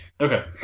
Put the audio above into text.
okay